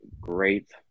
great